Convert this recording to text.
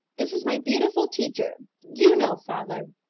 this is my beautiful teacher. you know, father.